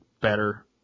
better